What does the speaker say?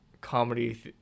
comedy